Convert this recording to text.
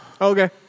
Okay